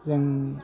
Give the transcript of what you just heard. जों